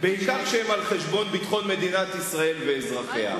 בעיקר כשהם על-חשבון ביטחון מדינת ישראל ואזרחיה.